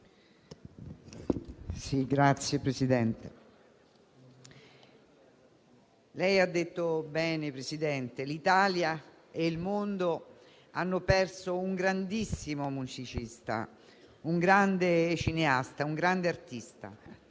Signor Presidente, lei ha detto bene: l'Italia e il mondo hanno perso un grandissimo musicista, un grande cineasta e un grande artista.